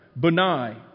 Bunai